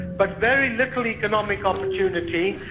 but very little economic opportunity,